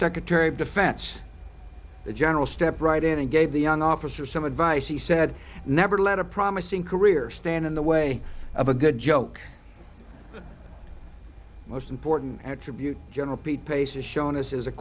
secretary of defense the general stepped right in and gave the young officer some advice he said never let a promising career stand in the way of a good joke most important attribute general pete pace has shown us is a